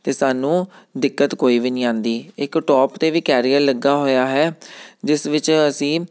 ਅਤੇ ਸਾਨੂੰ ਦਿੱਕਤ ਕੋਈ ਵੀ ਨਹੀਂ ਆਉਂਦੀ ਇੱਕ ਟੋਪ 'ਤੇ ਵੀ ਕੈਰੀਅਰ ਲੱਗਾ ਹੋਇਆ ਹੈ ਜਿਸ ਵਿੱਚ ਅਸੀਂ